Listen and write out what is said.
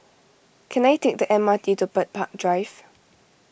can I take the M R T to Bird Park Drive